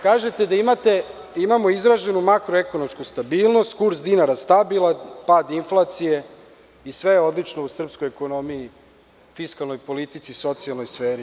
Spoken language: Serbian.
Kažete da imamo izraženu makroekonomsku stabilnost, kurs dinara stabilan, pad inflacije i sve je odlično u srpskoj ekonomiji, fiskalnoj politici, socijalnoj sferi.